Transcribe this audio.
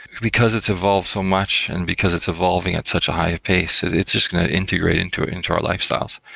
because it's evolved so much and because it's evolving at such a high pace, and it's just going to integrate into ah into our lifestyles.